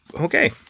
Okay